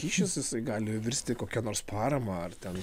kyšis jisai gali virsti kokia nors parama ar ten